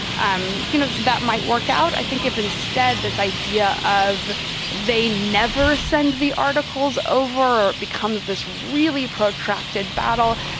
um you know, that might work out. i think if instead this idea of they never send the articles over becomes this really protracted battle.